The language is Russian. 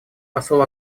посол